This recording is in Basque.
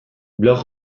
blog